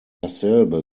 dasselbe